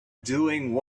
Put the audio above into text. doing